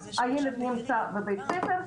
הילד נמצא בבית ספר,